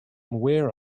where